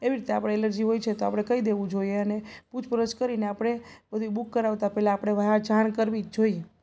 એવી રીતે આપણને એલર્જિ હોય છે તો આપણે કહીં દેવું જોઈએ અને પૂછપરછ કરીને આપણે બધી બુક કરાવતા પહેલાં આપણે વા જાણ કરવી જ જોઈએ